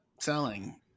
selling